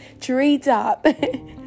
treetop